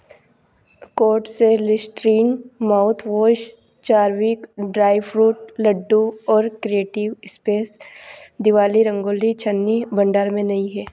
court से Listerine mouthwash चारविक dry fruit laddu और क्रिएटिव स्पेस दिवाली रंगोली छन्नी भंडार में नहीं हैं